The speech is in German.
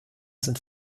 sind